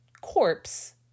corpse